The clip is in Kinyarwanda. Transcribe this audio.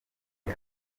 ari